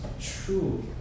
true